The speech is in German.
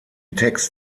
text